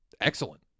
excellent